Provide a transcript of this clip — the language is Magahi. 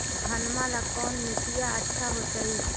घनमा ला कौन मिट्टियां अच्छा होतई?